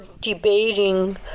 debating